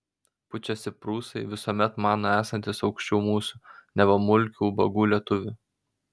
pučiasi prūsai visuomet mano esantys aukščiau mūsų neva mulkių ubagų lietuvių